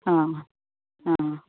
हां हां